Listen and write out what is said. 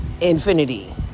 infinity